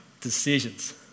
decisions